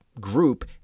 group